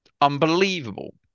unbelievable